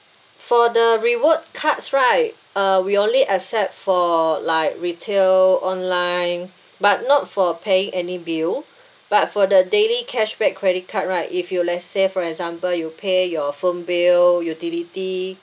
for the reward cards right uh we only accept for like retail online but not for paying any bill but for the daily cashback credit card right if you let's say for example you pay your phone bill utility